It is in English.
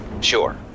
Sure